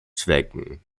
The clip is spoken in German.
zwecken